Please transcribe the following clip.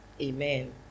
Amen